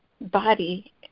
body